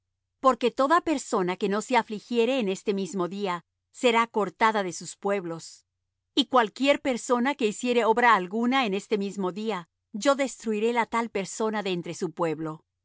porque toda persona que no se afligiere en este mismo día será cortada de sus pueblos y cualquiera persona que hiciere obra alguna en este mismo día yo destruiré la tal persona de entre su pueblo